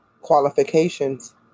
qualifications